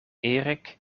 erik